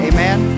Amen